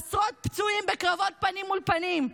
עשרות פצועים בקרבות פנים מול פנים,